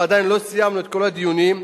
ועדיין לא סיימנו את כל הדיונים.